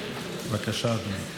ממשיך מיוחד).